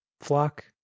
Flock